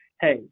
hey